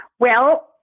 well,